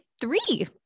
three